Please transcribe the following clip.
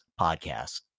podcast